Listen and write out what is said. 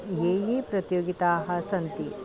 याः याः प्रतियोगिताः सन्ति